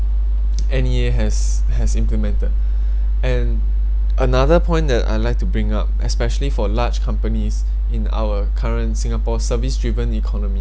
N_E_A has has implemented and another point that I'd like to bring up especially for large companies in our current singapore service driven economy